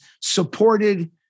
supported